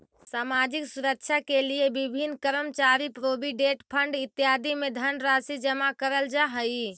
सामाजिक सुरक्षा के लिए विभिन्न कर्मचारी प्रोविडेंट फंड इत्यादि में धनराशि जमा करल जा हई